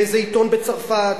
באיזה עיתון בצרפת,